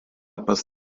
pas